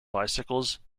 bicycles